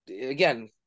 again